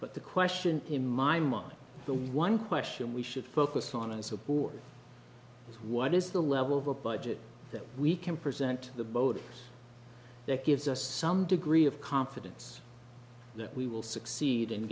but the question in my mind the one question we should focus on is so poor what is the level of a budget that we can present to the boat that gives us some degree of confidence that we will succeed and